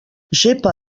gepa